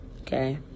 okay